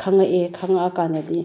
ꯈꯪꯉꯛꯑꯦ ꯈꯪꯉꯛꯑꯀꯥꯟꯗꯗꯤ